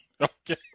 Okay